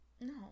No